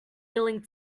willing